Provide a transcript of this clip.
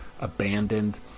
abandoned